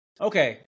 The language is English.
Okay